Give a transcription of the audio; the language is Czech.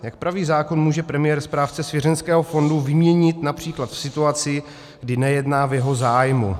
Jak praví zákon, může premiér správce svěřenského fondu vyměnit například v situaci, kdy nejedná v jeho zájmu.